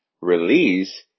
release